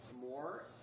more